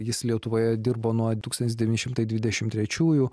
jis lietuvoje dirbo nuo tūkstantis devyni šimtai dvidešim trečiųjų